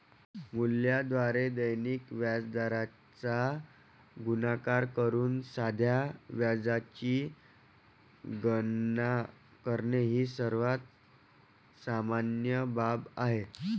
मुद्दलाद्वारे दैनिक व्याजदराचा गुणाकार करून साध्या व्याजाची गणना करणे ही सर्वात सामान्य बाब आहे